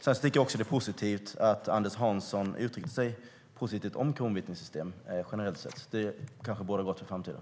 Sedan tycker jag att det är positivt att Anders Hansson uttrycker sig positivt om kronvittnessystemet generellt sett. Det kanske bådar gott inför framtiden.